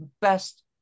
best